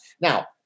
Now